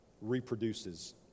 reproduces